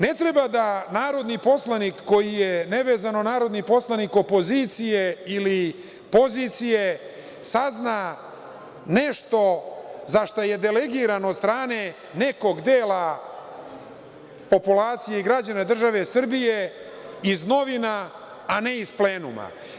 Ne treba da narodni poslanik, nevezano narodni poslanik opozicije ili pozicije, koji je delegiran od strane nekog dela populacije i građana države Srbije, sazna nešto iz novina, a ne iz plenuma.